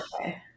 okay